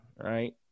right